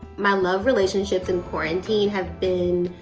my love relationships in quarantine have been,